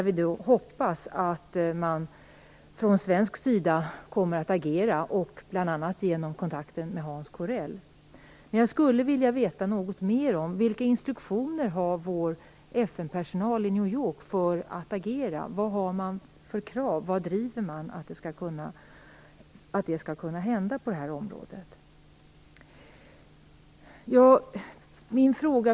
Vi får hoppas att man från svensk sida kommer att agera, bl.a. genom kontakter med Hans Corell. Jag skulle vilja veta något mer om vilka instruktioner vår FN-personal i New York har för att agera. Vad driver man för krav för att det skall hända något på det här området?